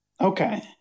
Okay